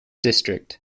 district